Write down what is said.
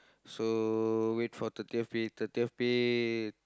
so wait for thirtieth pay thirtieth pay